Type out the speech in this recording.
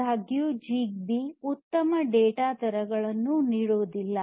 ಆದಾಗ್ಯೂ ಜಿಗ್ಬೀ ಉತ್ತಮ ಡೇಟಾ ದರಗಳನ್ನು ನೀಡುವುದಿಲ್ಲ